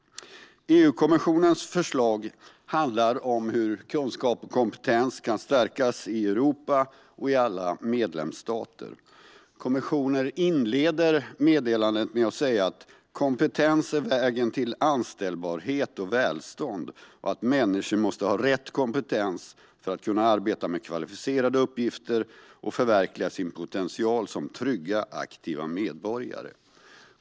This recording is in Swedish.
EU-kommissionens förslag handlar om hur kunskap och kompetens kan stärkas i Europa och i alla medlemsstater. Kommissionen inleder meddelandet med att säga att kompetens är vägen till anställbarhet och välstånd och att människor måste ha rätt kompetens för att kunna arbeta med kvalificerade uppgifter och förverkliga sin potential som trygga, aktiva medborgare.